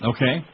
Okay